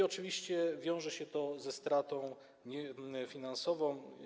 Oczywiście wiąże się to ze stratą finansową.